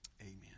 Amen